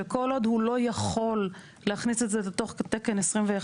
שכל עוד הוא לא יכול להכניס את זה לתוך תקן 21,